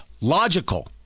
logical